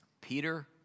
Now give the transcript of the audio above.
Peter